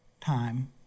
time